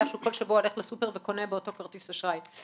שהוא כל שבוע הולך לסופר וקונה באותו כרטיס אשראי.